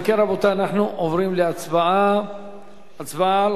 אם כן, רבותי, אנחנו עוברים להצבעה על